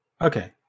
Okay